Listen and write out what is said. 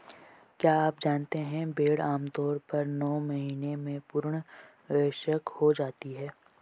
क्या आप जानते है भेड़ आमतौर पर नौ महीने में पूर्ण वयस्क हो जाती है?